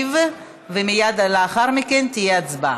הסביבה להכנה לקריאה ראשונה.